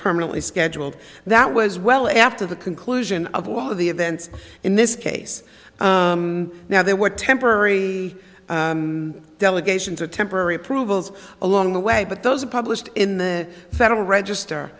permanently scheduled that was well after the conclusion of all of the events in this case now there were temporary delegations a temporary approvals along the way but those are published in the federal register